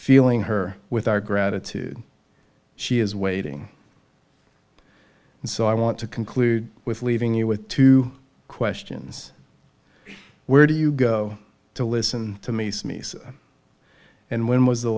feeling her with our gratitude she is waiting and so i want to conclude with leaving you with two questions where do you go to listen to me sneeze and when was the